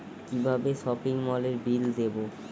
কিভাবে সপিং মলের বিল দেবো?